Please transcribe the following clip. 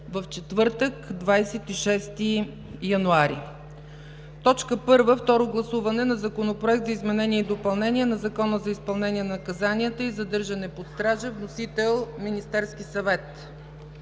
в четвъртък, 26 януари. 1. Второ гласуване на Законопроекта за изменение и допълнение на Закона за изпълнение на наказанията и задържането под стража. Вносител: Министерският съвет.